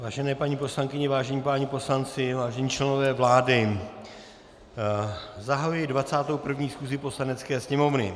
Vážené paní poslankyně, vážení páni poslanci, vážení členové vlády, zahajuji 21. schůzi Poslanecké sněmovny.